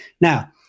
Now